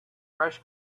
fresh